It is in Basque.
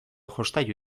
jostailu